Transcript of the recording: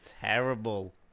terrible